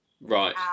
right